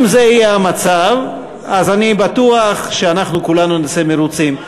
אם זה יהיה המצב אז אני בטוח שאנחנו כולנו נצא מרוצים,